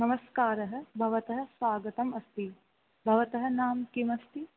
नमस्कारः भवतः स्वागतम् अस्ति भवतः नाम किम् अस्ति